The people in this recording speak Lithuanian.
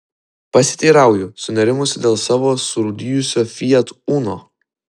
pasiteirauju sunerimusi dėl savo surūdijusio fiat uno